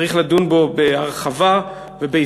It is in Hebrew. צריך לדון בזה בהרחבה וביסודיות,